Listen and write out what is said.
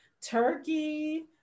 Turkey